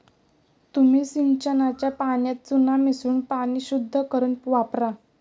तुम्ही सिंचनाच्या पाण्यात चुना मिसळून पाणी शुद्ध करुन वापरा